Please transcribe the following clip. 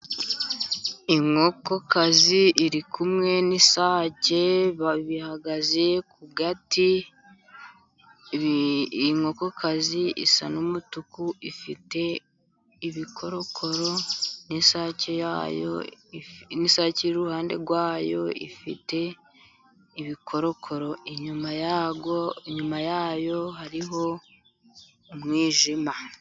Inkokokazi iri kumwe n'isake bihagaze ku gati, inkokokazi isa n'umutuku ifite ibikorokoro n'isake yayo, isake iri iruhande rwayo ifite ibikorokoro, inyuma ya yo hariho umwijima.